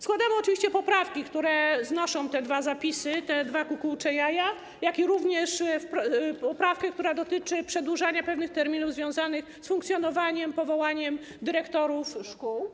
Składamy oczywiście poprawki, które znoszą te zapisy, te dwa kukułcze jaja, jak również poprawkę, która dotyczy przedłużania pewnych terminów związanych z funkcjonowaniem, powoływaniem dyrektorów szkół.